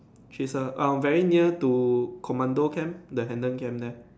three S_I_R um very near to commando camp the hendon camp there